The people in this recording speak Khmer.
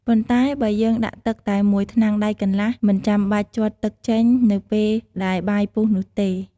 ប៉ុន្តែបើយើងដាក់ទឹកតែមួយថ្នាំងដៃកន្លះ មិនចាំបាច់ជាត់ទឹកចេញ នៅពេលដែលបាយពុះនោះទេ។